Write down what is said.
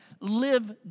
Live